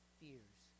fears